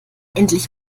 endlich